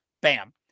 bam